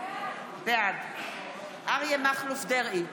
בעד אריה מכלוף דרעי,